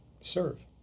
serve